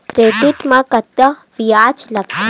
Credit मा कतका ब्याज लगथे?